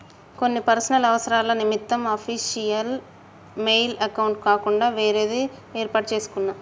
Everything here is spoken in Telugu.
కొన్ని పర్సనల్ అవసరాల నిమిత్తం అఫీషియల్ మెయిల్ అకౌంట్ కాకుండా వేరేది యేర్పాటు చేసుకున్నా